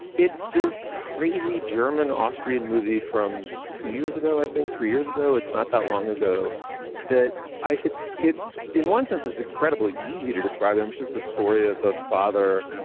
it's this crazy german austrian movie from two years ago, i think three years ago. it's not that long ago that i. it's it's in one sense, it's incredibly easy to describe it, which is the story of a father